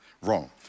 wrong